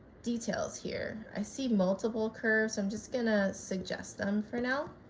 details here i see multiple curves i'm just going to suggest them for now,